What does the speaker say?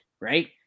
right